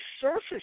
surface